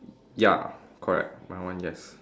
ya correct mine one yes